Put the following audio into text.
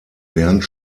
bernd